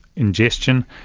ingestion,